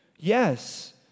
Yes